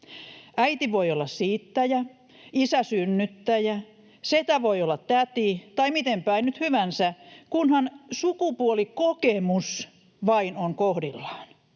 Äiti voi olla siittäjä, isä synnyttäjä, setä voi olla täti, tai miten päin nyt hyvänsä, kunhan sukupuolikokemus vain on kohdillaan.